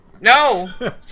No